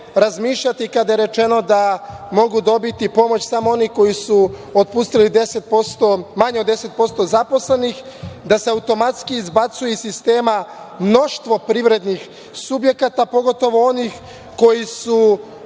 razmišljati, kada je rečeno da mogu dobiti pomoć samo oni koji su otpustili manje od 10% zaposlenih, da se automatski izbacuje iz sistema mnoštvo privrednih subjekata, pogotovo onih koji su